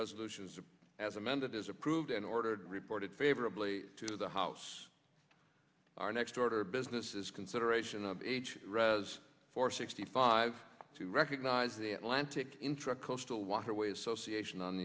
resolution as amended is approved and ordered reported favorably to the house our next order of business is consideration of h raz four sixty five to recognize the atlantic intracoastal waterway association on